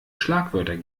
schlagwörter